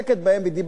ודיברת על זה,